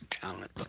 talent